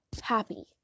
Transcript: happy